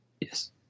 Yes